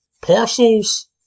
Parcels